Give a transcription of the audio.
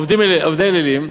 עובדי אלילים,